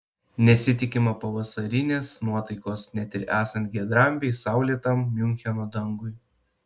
nesitikima pavasarinės nuotaikos net ir esant giedram bei saulėtam miuncheno dangui